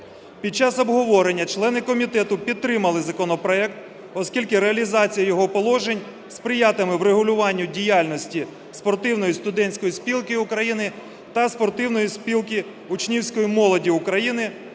Під час обговорення члени комітету підтримали законопроект, оскільки реалізація його положень сприятиме врегулюванню діяльності Спортивної студентської спілки України та Спортивної спілки учнівської молоді України,